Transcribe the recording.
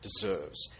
deserves